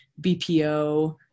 BPO